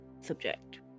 subject